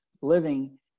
living